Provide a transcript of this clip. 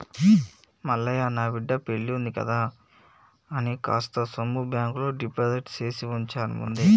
మల్లయ్య నా బిడ్డ పెల్లివుంది కదా అని కాస్త సొమ్ము బాంకులో డిపాజిట్ చేసివుంచాను ముందే